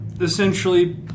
essentially